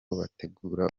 bategura